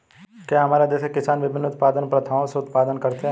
क्या हमारे देश के किसान विभिन्न उत्पादन प्रथाओ से उत्पादन करते हैं?